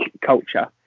culture